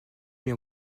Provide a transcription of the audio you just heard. mais